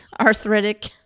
Arthritic